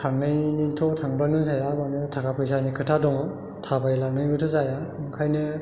दा थांनायाथ' थांब्लानो जाया मानोना थाखा फैसानि खोथा दङ थाबायलांनोबोथ जाया ओंखायनो